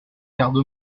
garde